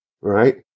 right